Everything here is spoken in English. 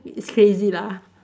it is crazy lah